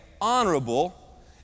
honorable